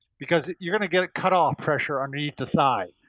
because you're gonna get it cut off pressure underneath the thigh.